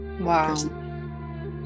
Wow